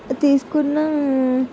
తీసుకున్న